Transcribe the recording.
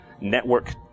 network